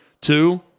Two